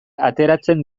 ateratzen